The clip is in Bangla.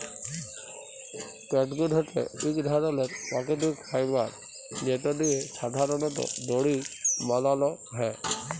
ক্যাটগুট হছে ইক ধরলের পাকিতিক ফাইবার যেট দিঁয়ে সাধারলত দড়ি বালাল হ্যয়